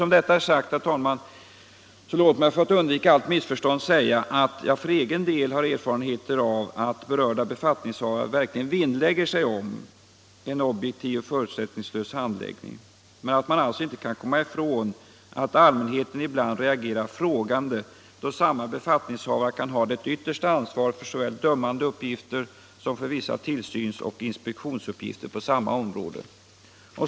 Sedan detta är sagt, herr talman, så låt mig för att undvika varje missförstånd säga att jag för egen del har erfarenheter av att berörda befattningshavare verkligen vinnlägger sig om en objektiv och förutsättningslös handläggning, men man kan inte komma ifrån att allmänheten ibland reagerar frågande, då samma befattningshavare kan ha det yttersta ansvaret för såväl dömande uppgifter som för vissa tillsynsoch inspektionsuppgifter på samma område.